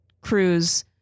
Cruz